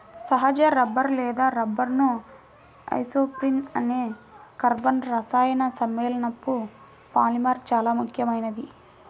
సహజ రబ్బరు లేదా rubber isoprene అనే కర్బన రసాయన సమ్మేళనపు పాలిమర్ చాలా ముఖ్యమైనది